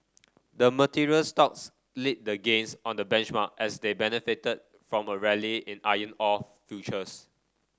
the materials stocks lead the gains on the benchmark as they benefited from a rally in iron ore futures